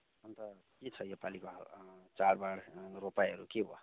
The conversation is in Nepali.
अन्त के छ योपालिको हाल चाडबाड रोपाइहरू के भयो